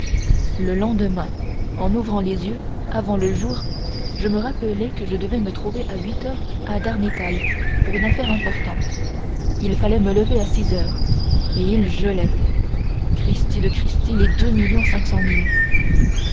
le lendemain en ouvrant les yeux avant le jour je me rappelai que je devais me trouver à huit heures à darnétal pour une affaire importante il fallait me lever à six heures et il gelait cristi de